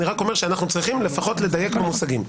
אני רק אומר שאנחנו צריכים לפחות לדייק במושגים.